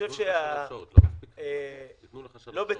לא בציניות,